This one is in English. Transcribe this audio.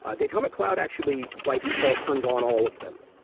ah datomic cloud actually, by default, turns on all of them.